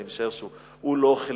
אני משער שהוא לא אוכל